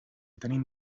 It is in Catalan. tenim